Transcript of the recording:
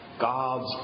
God's